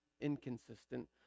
inconsistent